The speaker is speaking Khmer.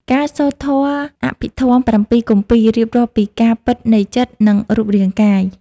ការសូត្រធម៌អភិធម្ម ៧ គម្ពីរ រៀបរាប់ពីការពិតនៃចិត្ត និងរូបរាងកាយ។